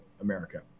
America